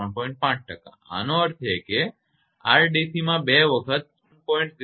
5 ટકા આનો અર્થ એ કે આ 𝑅𝑑c માટે બે વખત 1